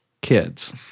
Kids